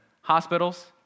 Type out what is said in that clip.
hospitals